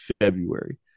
February